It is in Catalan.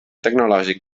tecnològic